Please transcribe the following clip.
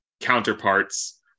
counterparts